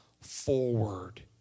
forward